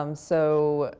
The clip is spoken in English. um so,